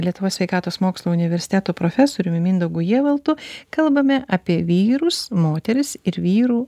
lietuvos sveikatos mokslų universiteto profesoriumi mindaugu jievaltu kalbame apie vyrus moteris ir vyrų